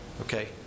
Okay